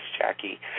Jackie